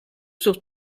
sur